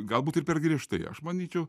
galbūt ir per griežtai aš manyčiau